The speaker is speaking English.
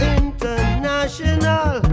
international